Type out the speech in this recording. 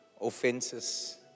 Offenses